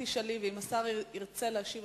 ואם השר ירצה להשיב,